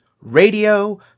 radio